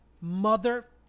Mother